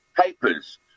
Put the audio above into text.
papers